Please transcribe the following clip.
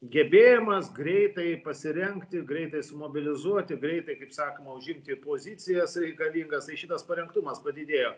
gebėjimas greitai pasirengti greitai sumobilizuoti greitai kaip sakoma užimti pozicijas reikalingas tai šitas parengtumas padidėjo